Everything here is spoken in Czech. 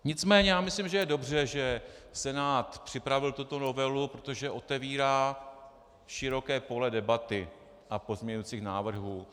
Nicméně myslím, že je dobře, že Senát připravil tuto novelu, protože otevírá široké pole debaty a pozměňujících návrhů.